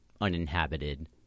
uninhabited